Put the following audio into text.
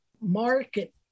market